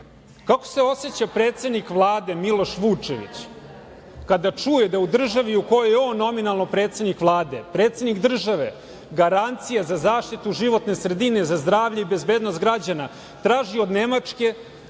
Kako se oseća predsednik Vlade Miloš Vučević kada čuje da u državi u kojoj je on nominalno predsednik Vlade, predsednik države garancije za zaštitu životne sredine za zdravlje i bezbednost građana traži od Nemačke,